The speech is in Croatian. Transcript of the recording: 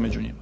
među njima.